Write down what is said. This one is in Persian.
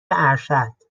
ارشد